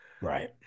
right